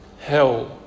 hell